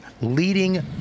leading